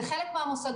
במוסד